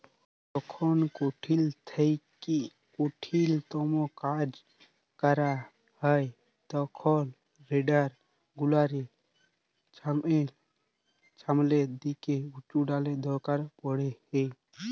যখল কঠিল থ্যাইকে কঠিলতম কাজ ক্যরা হ্যয় তখল রোডার গুলালের ছামলের দিকে উঁচুটালের দরকার পড়হে